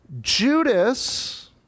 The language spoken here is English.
Judas